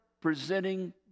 presenting